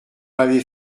m’avez